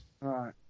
Right